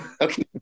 Okay